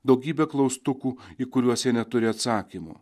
daugybė klaustukų į kuriuos neturi atsakymų